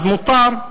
אז מותר.